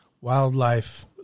wildlife